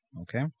Okay